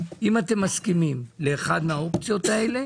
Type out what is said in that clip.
שאם אתם מסכימים לאחת מהאופציות האלה,